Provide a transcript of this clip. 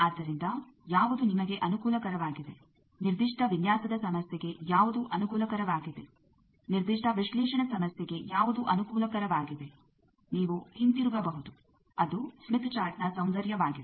ಆದ್ದರಿಂದ ಯಾವುದು ನಿಮಗೆ ಅನುಕೂಲಕರವಾಗಿದೆ ನಿರ್ದಿಷ್ಟ ವಿನ್ಯಾಸದ ಸಮಸ್ಯೆಗೆ ಯಾವುದು ಅನುಕೂಲಕರವಾಗಿದೆ ನಿರ್ದಿಷ್ಟ ವಿಶ್ಲೇಷಣೆ ಸಮಸ್ಯೆಗೆ ಯಾವುದು ಅನುಕೂಲಕರವಾಗಿದೆ ನೀವು ಹಿಂತಿರುಗಬಹುದು ಅದು ಸ್ಮಿತ್ ಚಾರ್ಟ್ನ ಸೌಂದರ್ಯವಾಗಿದೆ